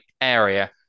area